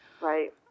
right